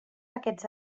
aquests